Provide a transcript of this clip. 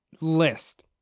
list